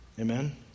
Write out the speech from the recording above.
Amen